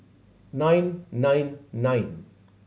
nine nine nine